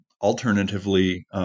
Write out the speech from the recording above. alternatively